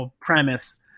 premise